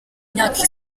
imyaka